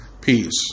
Peace